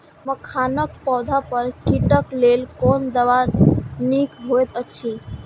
मखानक पौधा पर कीटक लेल कोन दवा निक होयत अछि?